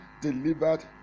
delivered